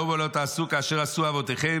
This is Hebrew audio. למה לא תעשו כאשר עשו אבותיכם,